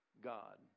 God